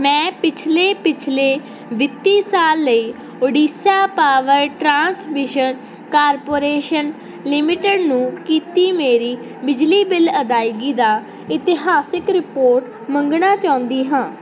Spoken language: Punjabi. ਮੈਂ ਪਿਛਲੇ ਪਿਛਲੇ ਵਿੱਤੀ ਸਾਲ ਲਈ Odisha power transmission corporation limited ਨੂੰ ਕੀਤੀ ਮੇਰੀ ਬਿਜਲੀ ਬਿੱਲ ਅਦਾਇਗੀ ਦੀ ਇਤਿਹਾਸਕ ਰਿਪੋਰਟ ਮੰਗਣਾ ਚਾਹੁੰਦੀ ਹਾਂ